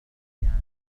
البيانو